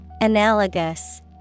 Analogous